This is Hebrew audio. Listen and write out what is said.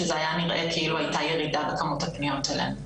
שזה היה נראה כאילו הייתה ירידה בכמות הפניות אלינו.